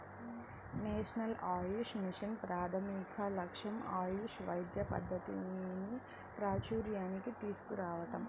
national Ayush mission ప్రాథమిక లక్ష్యం ఆయుష్ వైద్య పద్ధతిని ప్రాచూర్యానికి తీసుకురావటం